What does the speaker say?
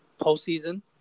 postseason